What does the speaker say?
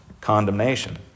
condemnation